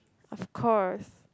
of course